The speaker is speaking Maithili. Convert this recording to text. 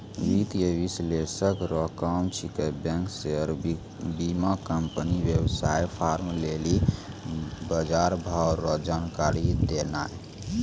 वित्तीय विश्लेषक रो काम छिकै बैंक शेयर बीमाकम्पनी वेवसाय फार्म लेली बजारभाव रो जानकारी देनाय